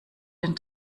den